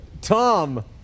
Tom